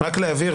רק להבהיר,